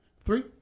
Three